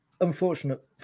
unfortunate